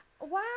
Wow